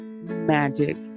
magic